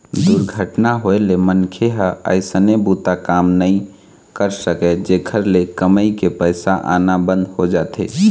दुरघटना होए ले मनखे ह अइसने बूता काम नइ कर सकय, जेखर ले कमई के पइसा आना बंद हो जाथे